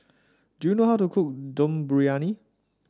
do you know how to cook Dum Briyani